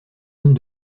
ondes